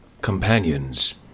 companions